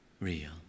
real